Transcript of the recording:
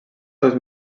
seus